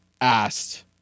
asked